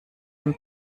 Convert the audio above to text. dem